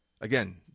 again